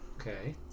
Okay